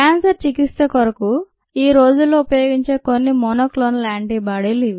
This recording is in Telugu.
క్యాన్సర్ చికిత్స కొరకు ఈ రోజుల్లో ఉపయోగించే కొన్ని మోనోక్లోనల్ యాంటీబాడీలు ఇవి